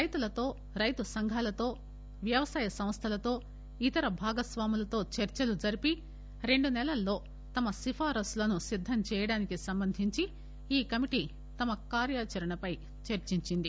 రైతులతో రైతు సంఘాలతో వ్యవసాయ సంస్టలతో ఇతర భాగస్వాములతో చర్చలు జరిపి రెండు నెలలలో తమ సిఫార్పులను సిద్దం చేయడానికి సంబంధించి ఈ కమిటీ తమ కార్యాచరణపై చర్చించింది